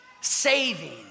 saving